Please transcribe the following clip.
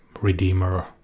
redeemer